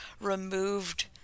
removed